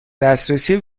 دسترسی